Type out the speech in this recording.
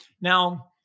Now